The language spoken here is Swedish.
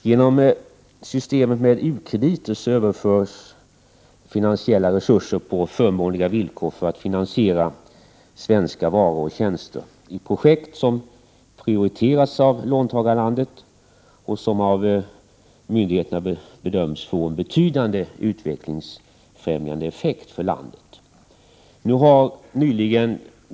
Genom systemet med u-krediter överförs finansiella resurser på förmånliga villkor för att finansiera svenska varor och tjänster i projekt som prioriterats av låntagarlandet och som av myndigheterna bedöms få en betydande utvecklingsfrämjande effekt för landet.